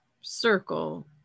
circle